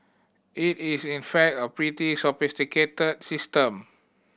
it is in fact a pretty sophisticated system